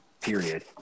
period